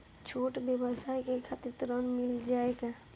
छोट ब्योसाय के खातिर ऋण मिल जाए का?